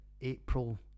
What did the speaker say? april